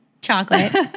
Chocolate